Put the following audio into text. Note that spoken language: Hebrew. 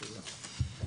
תודה.